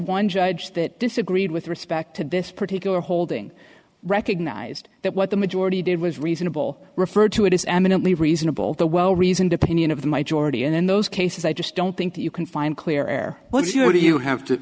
one judge that disagreed with respect to this particular holding recognized that what the majority did was reasonable referred to it is eminently reasonable the well reasoned opinion of the my jordi and in those cases i just don't think that you can find clear air once you know do you have to